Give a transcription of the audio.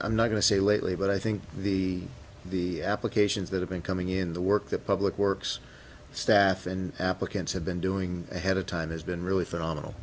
i'm not going to say lately but i think the the applications that have been coming in the work that public works staff and applicants have been doing ahead of time has been really phenomenal